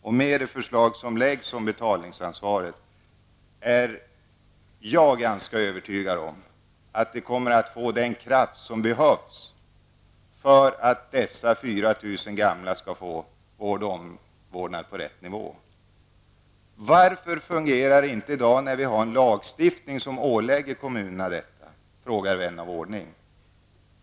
Jag är ganska övertygad om att de förslag om betalningsansvar som läggs fram skall skapa den kraft som behövs för att dessa 4 000 gamla skall få vård och omvårdnad på rätt nivå. Varför fungerar det inte i dag när vi har en lagstiftning som ålägger kommunerna detta? frågar vän av ordning.